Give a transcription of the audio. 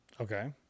Okay